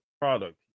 product